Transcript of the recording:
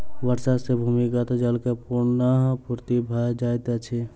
वर्षा सॅ भूमिगत जल के पुनःपूर्ति भ जाइत अछि